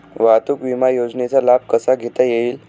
वाहतूक विमा योजनेचा लाभ कसा घेता येईल?